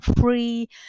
free